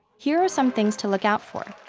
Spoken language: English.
here are some things to look out for.